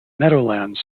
meadowlands